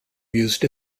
used